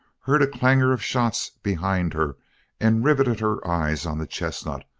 heard a clanguor of shots behind her and riveted her eyes on the chestnut,